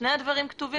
שני הדברים כתובים.